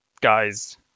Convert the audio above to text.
guys